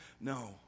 No